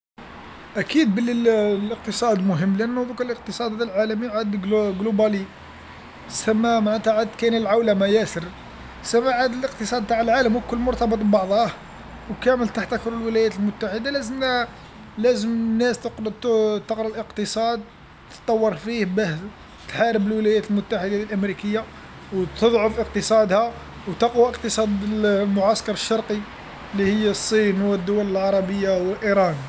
أكيد بلي الإقتصاد مهم لأنه ضوك الإقتصاد العالمي قلوبالي سما معنتها كاين العولمه ياسر سما عاد الإقتصاد تاع العالم الكل مرتبط ببعضاه وكامل تحتكر الولايات المتحده لازمنا لازم الناس تقرا الإقتصاد تتطور فيه باه تحارب الولايات المتحده الأمريكيه وتضعف إقتصادها وتقوى إقتصاد المعسكر الشرقي اللي هي الصين والدول العربيه وإيران.